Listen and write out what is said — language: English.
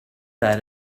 that